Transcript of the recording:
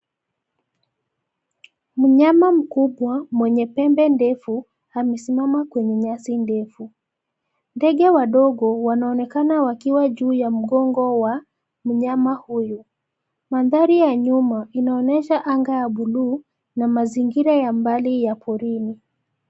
Mnyama mkubwa mwenye pembe ndefu amesimama kwenye nyasi ndefu. Ndege wadogo wanaonekana wakiwa juu ya mgongo wa mnyama huyu. Mandhari ya nyuma inaonyesha anga ya bluu na mazingira ya mbali ya porini.